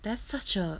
that's such a